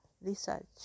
research